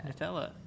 Nutella